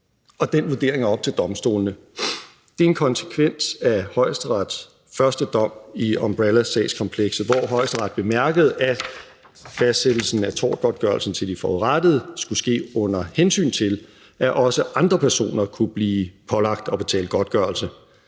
den vurdering er op til domstolene. Det er en konsekvens af Højesterets første dom i umbrellasagskomplekset, hvor Højesteret bemærkede, at fastsættelsen af tortgodtgørelsen til de forurettede skulle ske under hensyn til, at også andre personer kunne blive pålagt at betale godtgørelse.